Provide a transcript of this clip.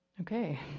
Okay